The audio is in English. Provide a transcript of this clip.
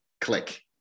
Click